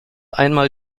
einmal